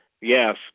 Yes